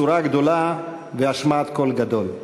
בשורה גדולה והשמעת קול גדול.